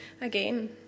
again